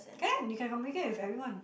can you can communicate with everyone